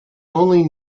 only